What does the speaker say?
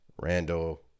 Randall